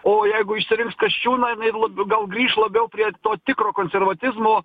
o jeigu išsirinks kasčiūną jinai lab gal grįš labiau prie to tikro konservatizmo